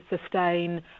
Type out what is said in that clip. sustain